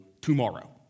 tomorrow